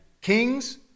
kings